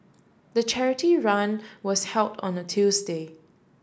the charity run was held on a Tuesday